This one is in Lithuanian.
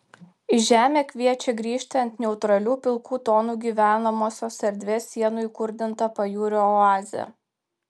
į žemę kviečia grįžti ant neutralių pilkų tonų gyvenamosios erdvės sienų įkurdinta pajūrio oazė